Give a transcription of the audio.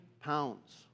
pounds